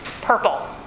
purple